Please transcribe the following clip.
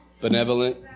Benevolent